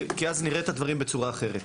כי אז נראה את הדברים בצורה אחרת.